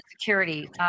security